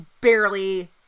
barely